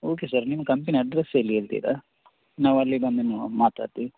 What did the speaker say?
okay sir ನಿಮ್ಮ company address ಎಲ್ಲಿ ಹೇಳ್ತಿರಾ ನಾವು ಅಲ್ಲಿಗೆ ಬಂದು ಮಾತಾಡ್ತೀವಿ